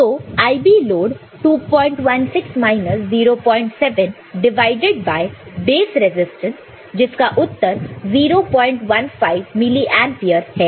तो IB 216 minus 07 divide by base resistance जिसका उत्तर 015 मिली एंपियर है